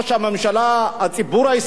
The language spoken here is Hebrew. הציבור הישראלי זועק.